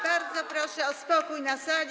Bardzo proszę o spokój na sali.